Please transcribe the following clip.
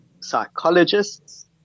psychologists